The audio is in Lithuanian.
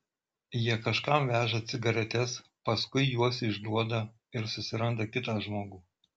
jie kažkam veža cigaretes paskui juos išduoda ir susiranda kitą žmogų